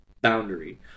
boundary